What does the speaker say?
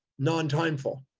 non-timeful.